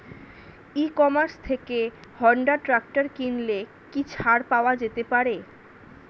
ই commerce থেকে Honda tractor কিনলে কি ছাড় পাওয়া যেতে পারে?